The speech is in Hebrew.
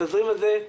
התזרים הזה,